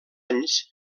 anys